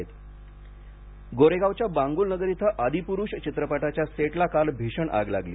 आग मासावकर गोरगावच्या बांगुल नगर इथं आदिप्रुष चित्रपटाच्या सेटला काल भीषण आग लागली